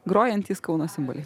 grojantys kauno simboliai